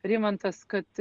rimantas kad